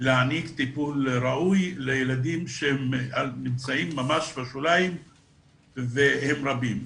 להעניק טיפול ראוי לילדים שנמצאים ממש בשוליים והם רבים,